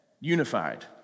unified